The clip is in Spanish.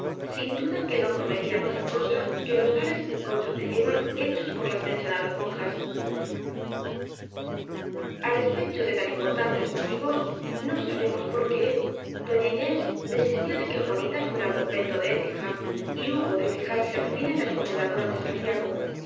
sin duda que no comerían otia cosa que los tales bizcochos de yema hechos por las menciona das monjas a despecho de tan importantes motivos no sa bemos por qué doña inés desistió de que juanita fuera al convento de écija y hubo de fijarse al fin en las comendadoras de santiago